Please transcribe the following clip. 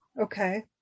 Okay